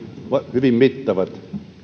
hyvin mittavat